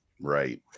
right